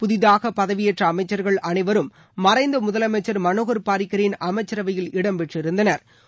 புதிதாக பதவியேற்ற அமைச்சா்கள் அனைவரும் மறைந்த முதலமைச்சா் மனோகா் பாரிகரின் அமைச்சரவையில் இடம் பெற்றிருந்தனா்